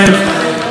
אדוני היושב-ראש,